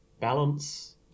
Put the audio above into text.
Balance